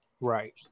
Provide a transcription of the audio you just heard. Right